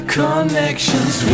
connections